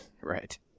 right